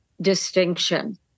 distinction